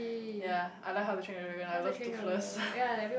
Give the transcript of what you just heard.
ya I like How-to-Train-Your-Dragon I love Toothless